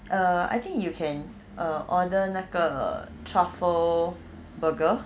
err I think you can err order 那个 truffle burger